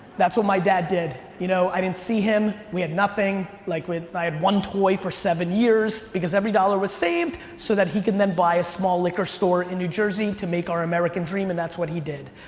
that's what my dad did. you know, i didn't see him. we had nothing. like i had one toy for seven years because every dollar was saved so that he could then buy a small liquor store in new jersey to make our american dream, and that's what he did.